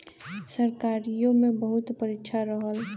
सरकारीओ मे बहुत परीक्षा रहल